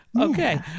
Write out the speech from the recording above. Okay